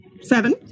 seven